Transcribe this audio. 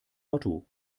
lotto